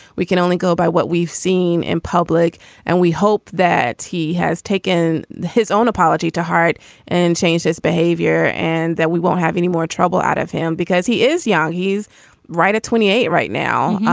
we can only go by what we've seen in public and we hope that he has taken his own apology to heart and changed his behavior and that we won't have any more trouble out of him because he is young he's right at twenty eight right now.